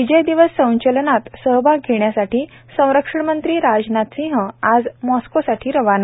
विजय दिवस संचलनात सहभाग घेण्यासाठी संरक्षणमंत्री राजनाथ सिंह आज मॉस्कोसाठी रवाना